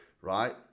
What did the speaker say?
right